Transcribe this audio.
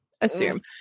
assume